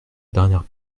dernière